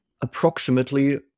approximately